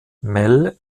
mel